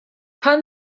pan